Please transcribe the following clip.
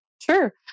sure